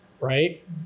right